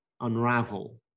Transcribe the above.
unravel